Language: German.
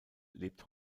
lebt